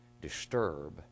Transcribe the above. disturb